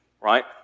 right